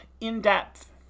in-depth